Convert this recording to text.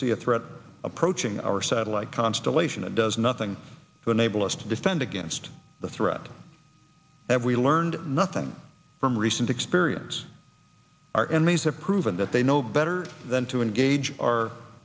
see a threat approaching our satellite constellation and does nothing for an able us to defend against the threat that we learned nothing from recent experience our enemies have proven that they know better than to engage our